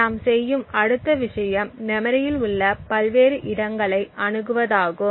நாம் செய்யும் அடுத்த விஷயம் மெமரியில் உள்ள பல்வேறு இடங்களை அணுகுவதாகும்